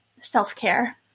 self-care